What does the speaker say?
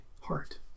heart